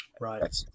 Right